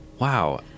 Wow